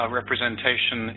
representation